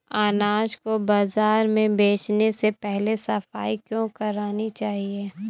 अनाज को बाजार में बेचने से पहले सफाई क्यो करानी चाहिए?